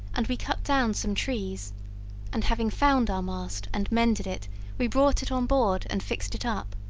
and we cut down some trees and having found our mast and mended it we brought it on board, and fixed it up.